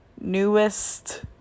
newest